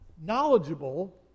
knowledgeable